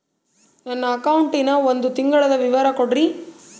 ನನ್ನ ಅಕೌಂಟಿನ ಒಂದು ತಿಂಗಳದ ವಿವರ ಕೊಡ್ರಿ?